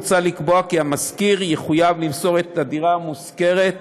מוצע לקבוע כי המשכיר יחויב למסור את הדירה המושכרת